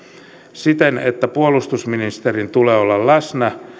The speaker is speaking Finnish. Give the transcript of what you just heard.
siten että puolustusministerin tulee olla läsnä